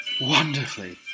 wonderfully